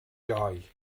joy